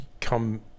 come